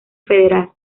federal